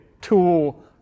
tool